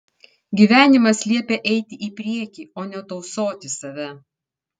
gyvenimas liepia eiti į priekį o ne tausoti save